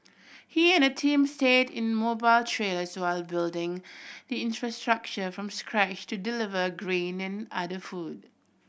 he and a team stayed in mobile trailers while building the infrastructure from scratch to deliver grain and other food